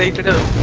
to the